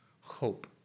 hope